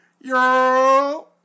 Yo